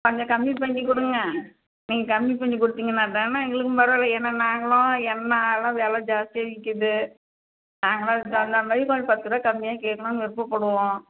கொஞ்சம் கம்மி பண்ணி கொடுங்க நீங்கள் கம்மி பண்ணி கொடுத்திங்கன்னா தானே எங்களுக்கும் பரவாயில்ல ஏன்னால் நாங்களும் என்ன எல்லாம் விலை ஜாஸ்தியாக விற்கிது நாங்களும் அதுக்கு தகுந்த மாதிரி ஒரு பத்து ரூபா கம்மியாக கேட்கலான்னு விருப்பப்படுவோம்